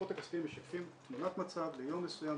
הדוחות כספיים משקפים תמונת מצב ליום מסוים,